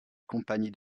compagnie